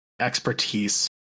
expertise